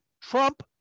Trump